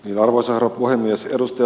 arvoisa herra puhemies